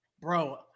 bro